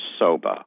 soba